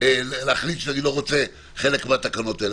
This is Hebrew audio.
להחליט שאני לא רוצה חלק מהתקנות האלה,